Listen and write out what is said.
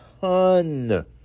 ton